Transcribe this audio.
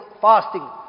fasting